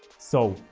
so,